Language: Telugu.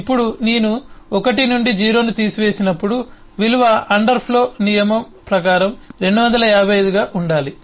ఇప్పుడు నేను 1 నుండి 0 ను తీసివేసినప్పుడు విలువ అండర్ఫ్లో నియమం ప్రకారం 255 గా ఉండాలి